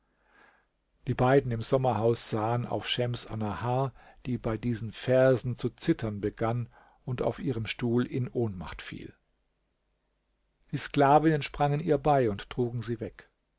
die beiden im sommerhaus sahen auf schems annahar die bei diesen versen zu zittern begann und auf ihrem stuhl im ohnmacht fiel die sklavinnen sprangen ihr bei und trugen sie weg